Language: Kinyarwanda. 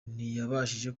ntiyabashije